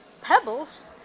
pebbles